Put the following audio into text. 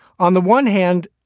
on the one hand,